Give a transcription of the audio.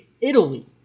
Italy